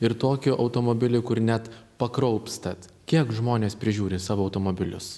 ir tokį automobilį kur net pakraupstat kiek žmonės prižiūri savo automobilius